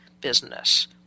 business